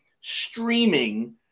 streaming